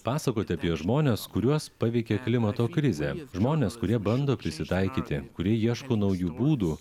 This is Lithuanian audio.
pasakoti apie žmones kuriuos paveikė klimato krizė žmones kurie bando prisitaikyti kurie ieško naujų būdų